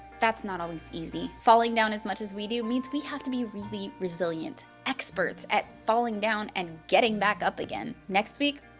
that's not always easy. easy. falling down as much as we do means we have to be really resilient, experts at falling down and getting back up again. next week,